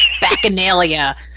bacchanalia